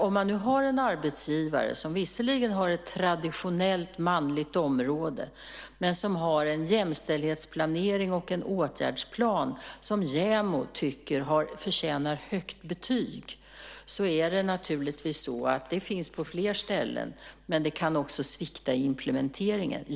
Om man nu har en arbetsgivare som visserligen har ett traditionellt manligt område men som har en jämställdhetsplanering och en åtgärdsplan som JämO tycker förtjänar högt betyg är det naturligtvis så att det finns på flera ställen. Men det kan också svikta i implementeringen.